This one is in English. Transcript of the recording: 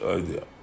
idea